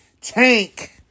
Tank